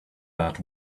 that